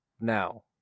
now